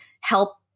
help